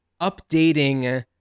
updating